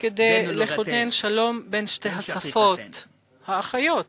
כדי לכונן שלום בין שתי השפות האחיות.